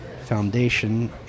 Foundation